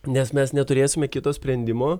nes mes neturėsime kito sprendimo